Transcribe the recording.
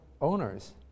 owners